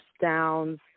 downs